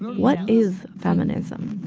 what is feminism?